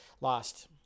Lost